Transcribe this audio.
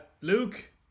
Luke